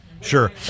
Sure